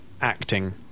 acting